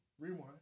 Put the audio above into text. Rewind